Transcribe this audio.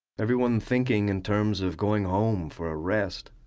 everyone thinking in terms of going home for a rest.